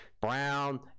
brown